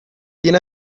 tiene